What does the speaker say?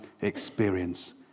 experience